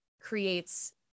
creates